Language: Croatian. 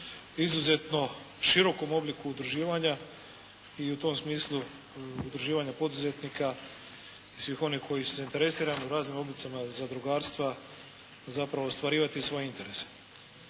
izuzetno širokom obliku udruživanja i u tom smislu udruživanja poduzetnika i svih onih koji su zainteresirani u raznim oblicima zadrugarstva zapravo ostvarivati svoje interese.